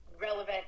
relevant